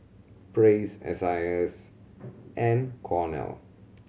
Praise S I S and Cornell